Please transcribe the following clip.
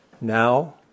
Now